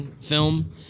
Film